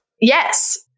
Yes